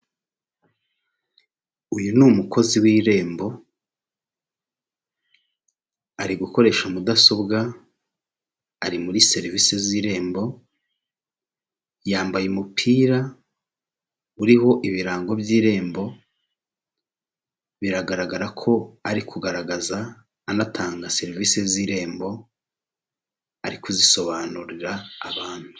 uyu ni umukozi w'irembo ari gukoresha mudasobwa ari muri serivisi z'irembo yambaye umupira uriho ibirango by'irembo biragaragara ko ari kugaragaza anatanga serivisi z'irembo arikuzisobanurira abantu